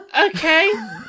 Okay